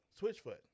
Switchfoot